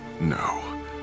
No